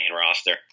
roster